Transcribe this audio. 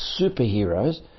superheroes